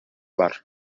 бар